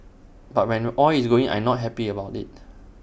but when oil is going in I'm not happy about that